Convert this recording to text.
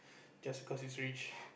just because he's rich